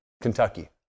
Kentucky